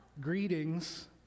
Greetings